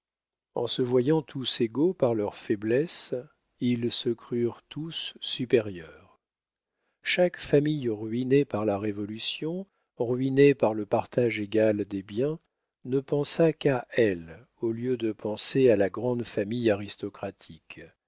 en se voyant tous égaux par leur faiblesse ils se crurent tous supérieurs chaque famille ruinée par la révolution ruinée par le partage égal des biens ne pensa qu'à elle au lieu de penser à la grande famille aristocratique